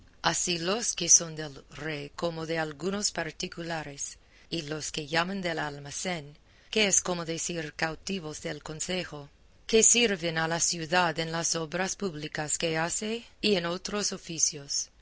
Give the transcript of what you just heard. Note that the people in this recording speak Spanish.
así los que son del rey como de algunos particulares y los que llaman del almacén que es como decir cautivos del concejo que sirven a la ciudad en las obras públicas que hace y en otros oficios